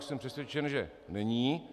Jsem přesvědčen, že není.